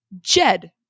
Jed